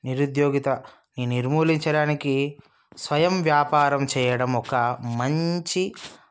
నిరుద్యోగిత నిర్మూలించడానికి స్వయం వ్యాపారం చేయడం ఒక మంచి